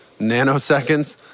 nanoseconds